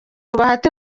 bahati